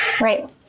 Right